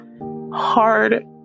hard